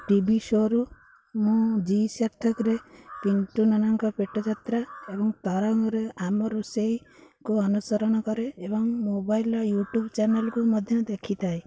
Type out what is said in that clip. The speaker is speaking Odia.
ଟି ଭି ସୋ'ରୁ ମୁଁ ଜି ସାର୍ଥକରେ ପିଣ୍ଟୁ ନନାଙ୍କ ପେଟ ଯାତ୍ରା ଏବଂ ତରଙ୍ଗରେ ଆମ ରୋଷେଇକୁ ଅନୁସରଣ କରେ ଏବଂ ମୋବାଇଲର ୟୁ ଟ୍ୟୁବ୍ ଚ୍ୟାନେଲ୍କୁ ମଧ୍ୟ ଦେଖିଥାଏ